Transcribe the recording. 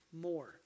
more